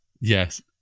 Yes